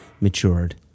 matured